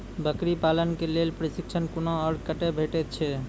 बकरी पालन के लेल प्रशिक्षण कूना आर कते भेटैत छै?